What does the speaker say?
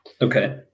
Okay